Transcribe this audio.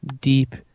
deep